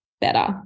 better